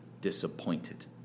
disappointed